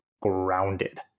grounded